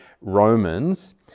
Romans